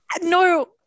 no